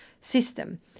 system